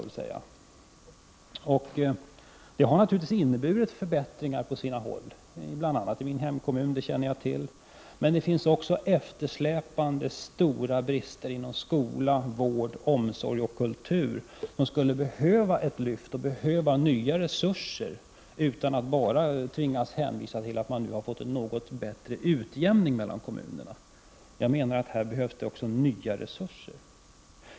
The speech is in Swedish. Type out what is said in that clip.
Detta system har naturligtvis inneburit förbättringar på en del håll, bl.a. i min hemkommun. Men det finns också eftersläpningar och stora brister inom skola, vård, omsorg och kultur. Det skulle behövas ett lyft i form av nya resurser. Man skall inte bara tvingas hänvisa till att det nu har skett en bättre utjämning mellan kommunerna. Jag menar att det även behövs nya resurser.